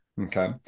Okay